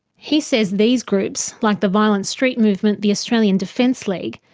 he says these groups like the violent street movement the australian defence league,